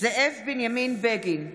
זאב בנימין בגין,